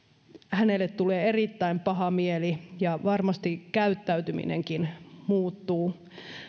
tulee erittäin paha mieli ja varmasti käyttäytyminenkin muuttuu